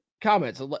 comments